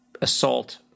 assault